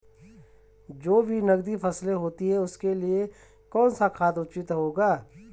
जो भी नकदी फसलें होती हैं उनके लिए कौन सा खाद उचित होगा?